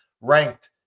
ranked